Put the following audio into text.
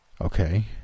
Okay